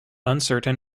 uncertain